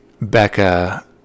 Becca